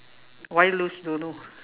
why lose don't know